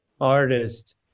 artist